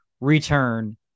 return